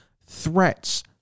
Threats